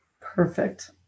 Perfect